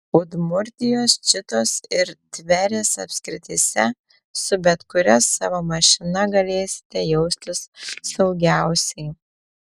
udmurtijos čitos ir tverės apskrityse su bet kuria savo mašina galėsite jaustis saugiausiai